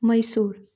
Mysore